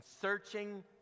searching